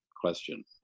question